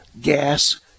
gas